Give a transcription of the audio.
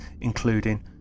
including